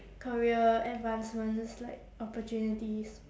career advancements like opportunities